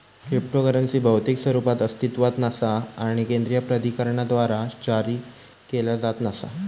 cryptocurrency भौतिक स्वरूपात अस्तित्वात नसा आणि केंद्रीय प्राधिकरणाद्वारा जारी केला जात नसा